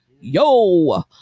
yo